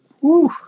Woo